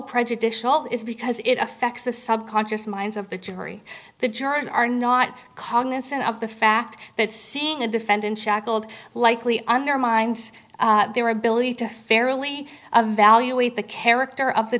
prejudicial is because it affects the subconscious minds of the jury the jurors are not cognizant of the fact that seeing a defendant shackled likely undermines their ability to fairly a value with the character of the